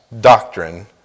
doctrine